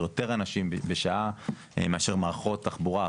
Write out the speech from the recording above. יותר אנשים בשעה מאשר מערכות תחבורה אחרות.